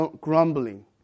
grumbling